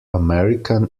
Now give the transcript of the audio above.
american